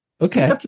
Okay